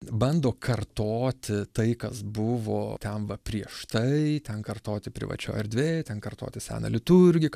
bando kartoti tai kas buvo ten va prieš tai ten kartoti privačioj erdvėj ten kartoti seną liturgiją